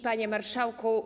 Panie Marszałku!